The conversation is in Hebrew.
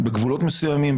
בגבולות מסוימים,